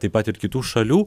taip pat ir kitų šalių